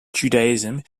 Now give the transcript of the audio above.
judaism